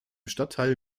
stadtteil